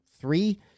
three